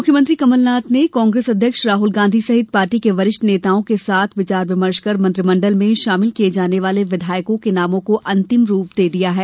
मुख्यमंत्री कमलनाथ ने कांग्रेस अध्यक्ष राहल गांधी सहित पार्टी के वरिष्ठ नेताओं के साथ विचार विमर्श कर मंत्रिमंडल में शामिल किये जाने वाले विधायकों के नामों को अंतिम रूप दे दिया है